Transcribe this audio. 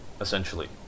essentially